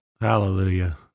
Hallelujah